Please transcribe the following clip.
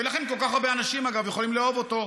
ולכן כל כך הרבה אנשים, אגב, יכולים לאהוב אותו,